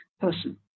person